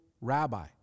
rabbi